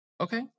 Okay